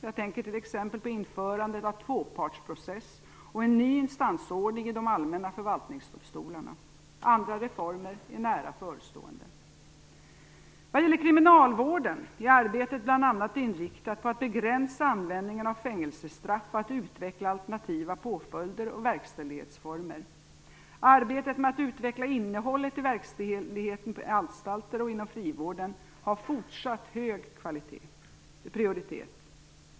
Jag tänker t.ex. på införandet av tvåpartsprocess, en ny instansordning i de allmänna förvaltningsdomstolarna. Andra reformer är nära förestående. Vad gäller kriminalvården är arbetet bl.a. inriktat på att begränsa användningen av fängelsestraff samt utveckla alternativa påföljder och verkställighetsformer. Arbetet med att utveckla innehållet i verkställigheten på anstalter och inom frivården har fortsatt hög prioritet.